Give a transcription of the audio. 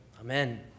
amen